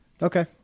Okay